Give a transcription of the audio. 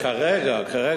כרגע, כרגע.